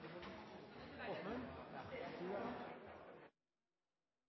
de er